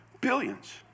billions